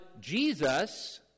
Jesus